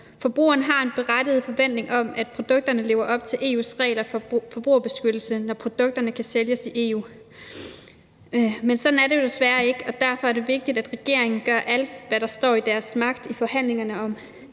Forbrugeren har en berettiget forventning om, at produkterne lever op til EU’s regler for forbrugerbeskyttelse, når produkterne kan sælges i EU. Men sådan er det jo desværre ikke, og derfor er det vigtigt, at regeringen gør alt, hvad der står i dens magt, i forhandlingerne om